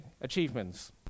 achievements